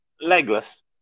legless